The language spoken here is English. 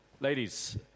Ladies